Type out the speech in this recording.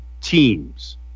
teams